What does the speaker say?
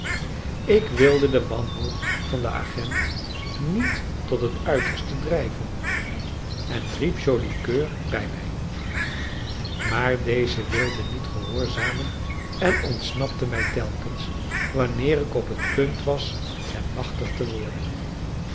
ik wilde de wanhoop van den agent niet tot het uiterste drijven en riep joli coeur bij mij maar deze wilde niet gehoorzamen en ontsnapte mij telkens wanneer ik op het punt was hem machtig te worden